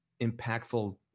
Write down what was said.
impactful